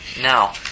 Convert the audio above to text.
Now